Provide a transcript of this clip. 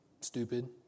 Stupid